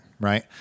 Right